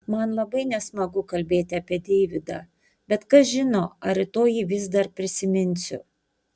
man labai nesmagu kalbėti apie deividą bet kas žino ar rytoj jį vis dar prisiminsiu